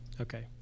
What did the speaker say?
Okay